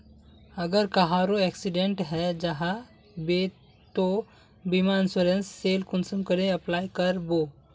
अगर कहारो एक्सीडेंट है जाहा बे तो बीमा इंश्योरेंस सेल कुंसम करे अप्लाई कर बो?